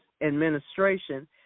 Administration